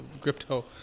crypto